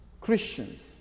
Christians